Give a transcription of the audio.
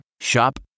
Shop